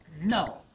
No